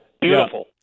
Beautiful